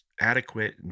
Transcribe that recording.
adequate